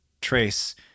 trace